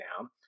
now